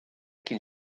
cyn